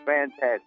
fantastic